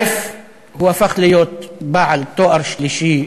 הוא הפך מאז להיות בעל תואר שלישי,